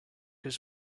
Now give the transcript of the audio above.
his